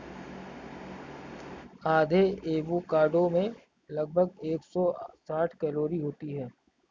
आधे एवोकाडो में लगभग एक सौ साठ कैलोरी होती है